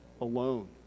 alone